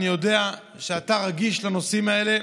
אני יודע שאתה רגיש לנושאים האלה